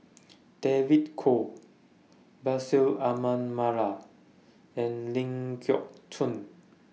David Kwo Bashir Ahmad Mallal and Ling Geok Choon